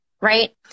right